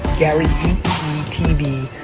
garyvee tv,